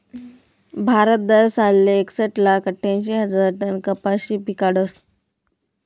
भारत दरसालले एकसट लाख आठ्यांशी हजार टन कपाशी पिकाडस